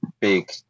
big